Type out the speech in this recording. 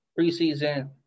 preseason